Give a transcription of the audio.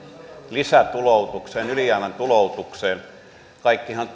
lisätuloutukseen ylijäämän tuloutukseen kaikkihan